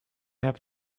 have